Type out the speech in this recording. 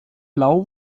blau